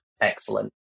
excellent